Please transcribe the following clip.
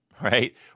right